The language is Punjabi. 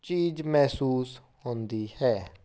ਚੀਜ਼ ਮਹਿਸੂਸ ਹੁੰਦੀ ਹੈ